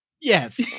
Yes